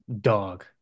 Dog